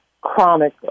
chronic